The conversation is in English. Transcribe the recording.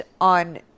on